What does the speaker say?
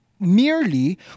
merely